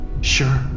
sure